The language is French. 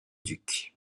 duc